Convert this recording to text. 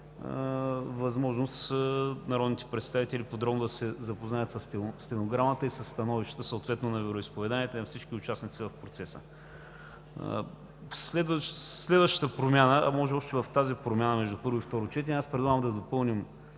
възможност народните представители подробно да се запознаят със стенограмата и със становищата съответно на вероизповеданията и на всички участници в процеса. Следващата промяна, а може още в тази промяна между първо и второ четене, предлагам да допълним